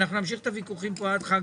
אנחנו נמשיך את הוויכוחים פה עד חג